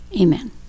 amen